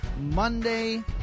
Monday